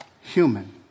human